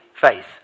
faith